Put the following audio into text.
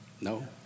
no